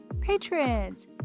patrons